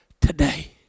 today